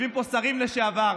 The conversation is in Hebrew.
יושבים פה שרים לשעבר,